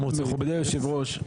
מכובדי היושב ראש,